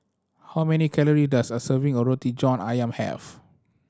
how many calorie does a serving of Roti John Ayam have